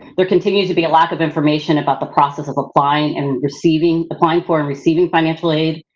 there continues to be a lack of information about the process of applying and receiving, applying for and receiving financial aid.